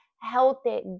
healthy